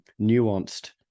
nuanced